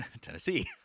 Tennessee